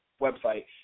website